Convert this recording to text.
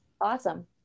Awesome